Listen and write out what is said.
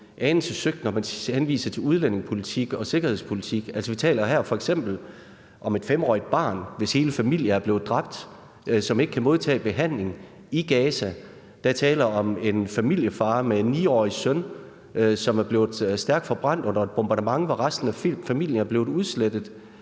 anelse søgt, når man henviser til udlændingepolitik og sikkerhedspolitik. Altså, vi taler her f.eks. om et 5-årigt barn, hvis hele familie er blevet dræbt, som ikke kan modtage behandling i Gaza. Der er tale om en familiefar med en 9-årig søn, som er blevet stærkt forbrændt under et bombardement, hvor resten af familien er blevet udslettet.